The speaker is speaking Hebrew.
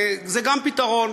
וגם זה פתרון.